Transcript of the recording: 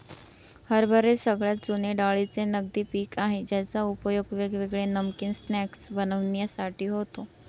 हरभरे सगळ्यात जुने डाळींचे नगदी पिक आहे ज्याचा उपयोग वेगवेगळे नमकीन स्नाय्क्स बनविण्यासाठी होतो